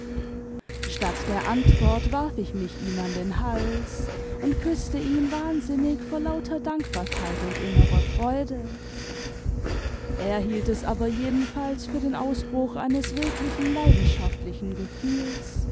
statt der antwort warf ich nuch ihm an den hals und küßte ihn wahnsinnig vor lauter dankbarkeit und innerer freude er hielt es aber jedenfalls für den ausbruch eines wirklichen leidenschaftlichen gefühls